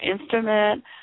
instrument